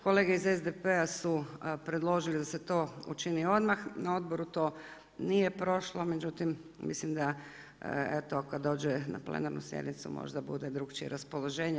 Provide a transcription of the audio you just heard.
Kolege iz SDP-a su predložili da se to učini odmah, na odboru to nije prošlo, međutim, mislim da to kad dođe na plenarnu sjednicu možda bude drugačije raspoloženje.